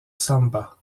samba